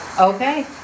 Okay